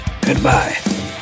goodbye